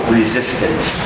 resistance